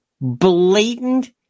blatant